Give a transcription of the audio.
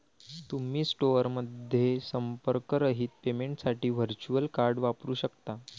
तुम्ही स्टोअरमध्ये संपर्करहित पेमेंटसाठी व्हर्च्युअल कार्ड वापरू शकता